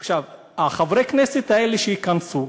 עכשיו, חברי הכנסת האלה שייכנסו,